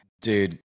Dude